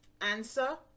answer